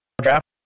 draft